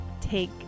take